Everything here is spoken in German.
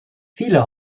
viele